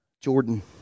Jordan